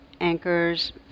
anchors